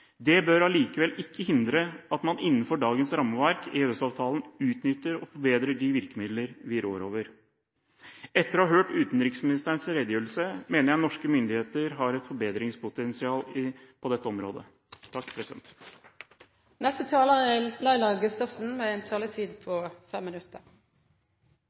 Det bør allikevel ikke hindre at man innenfor dagens rammeverk, EØS-avtalen, utnytter og forbedrer de virkemidler vi rår over. Etter å ha hørt utenriksministerens redegjørelse mener jeg norske myndigheter har et forbedringspotensial på dette området. Arbeiderpartiets visjon for Europa er